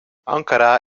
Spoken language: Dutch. ankara